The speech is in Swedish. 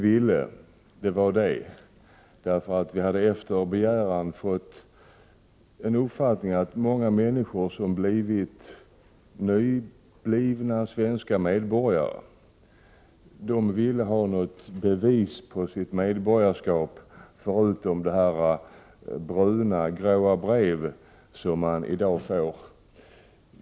Vi hade fått uppfattningen att många människor som just fått svenskt medborgarskap ville ha något bevis på sitt medborgarskap förutom det brun-gråa brev som man får i dag.